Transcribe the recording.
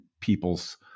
people's